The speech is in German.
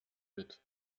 mit